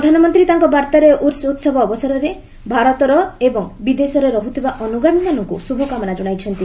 ପ୍ରଧାନମନ୍ତ୍ରୀ ତାଙ୍କ ବାର୍ତ୍ତାରେ ଉର୍ସ ଉତ୍ସବ ଅବସରରେ ଭାରତର ଏବଂ ବିଦେଶରେ ରହୁଥିବା ଅନୁଗାମୀମାନଙ୍କୁ ଶୁଭକାମନା ଜଣାଇଛନ୍ତି